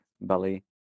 belly